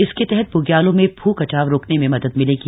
इसके तहत बृग्यालों में भु कटाव रोकने में मदद मिलेगी